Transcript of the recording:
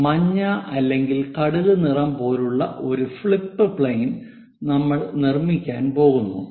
അതിനാൽ മഞ്ഞ അല്ലെങ്കിൽ കടുക് നിറം പോലുള്ള ഒരു ഫ്ലിപ്പ് പ്ലെയിൻ നമ്മൾ നിർമ്മിക്കാൻ പോകുന്നു